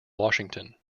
washington